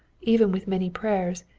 even with many prayers,